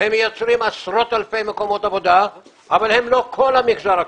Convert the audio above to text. הם מייצרים עשרות אלפי מקומות עבודה אבל הם לא המגזר הקמעונאי.